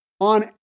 on